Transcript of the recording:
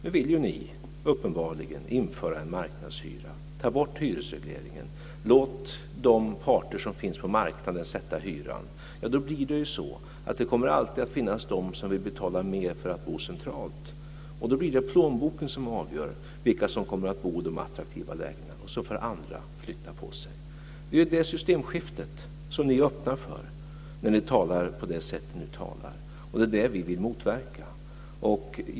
Nu vill ni uppenbarligen införa en marknadshyra, ta bort hyresregleringen och låta de parter som finns på marknaden sätta hyran. Det kommer alltid att finnas de som vill betala mer för att bo centralt, och då blir det plånboken som avgör vilka som kommer att bo i de attraktiva lägena, och så får andra flytta på sig. Det är ju det systemskiftet som ni öppnar för när ni talar på det sätt som ni nu gör, och det är det som vi vill motverka.